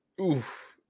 oof